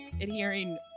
adhering